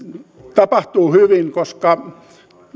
tapahtuu hyvin koska